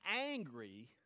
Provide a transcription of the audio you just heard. angry